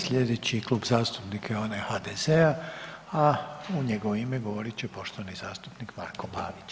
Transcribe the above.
Sljedeći Klub zastupnika je onaj HDZ-a, a u njegovo ime govorit će poštovani zastupnik Marko Pavić.